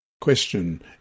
Question